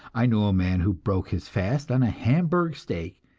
i knew a man who broke his fast on hamburg steak,